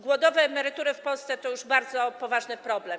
Głodowe emerytury w Polsce to już bardzo poważny problem.